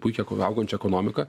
puikiai augančia ekonomika